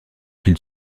qu’il